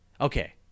Okay